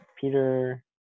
Peter